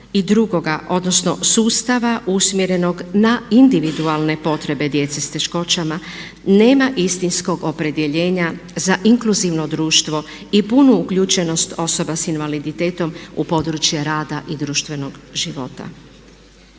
i drugoga, odnosno sustava usmjerenog na individualne potrebe djece s teškoćama nema istinskog opredjeljenja za inkluzivno društvo i punu uključenost osoba sa invaliditetom u područje rada i društvenog života.